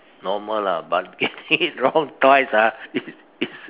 normal lah but] getting it wrong twice ah is is